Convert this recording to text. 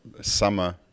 summer